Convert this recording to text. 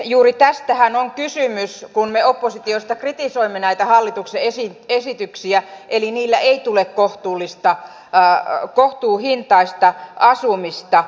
juuri tästähän on kysymys kun me oppositiosta kritisoimme näitä hallituksen esityksiä eli niillä ei tule kohtuuhintaista asumista